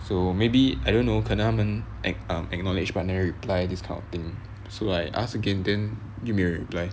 so maybe I don't know 可能他们 ack~ um acknowledged but never reply this kind of thing so I asked again then 又没有 reply